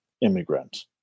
immigrant